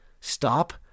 stop